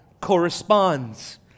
corresponds